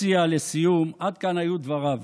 עד כאן היו דבריו.